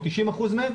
או 90% מהם,